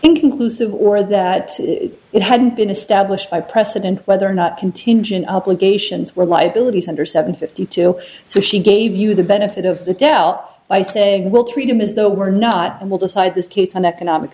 inconclusive or that it hadn't been established by precedent whether or not contingent obligations were liabilities under seven fifty two so she gave you the benefit of the doubt by saying we'll treat them as though we're not and will decide this case on economic